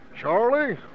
Charlie